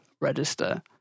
register